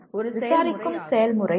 இந்த நிகழ்வுகளை விசாரிக்கும் செயல்முறை